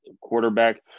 quarterback